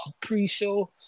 pre-show